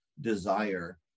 desire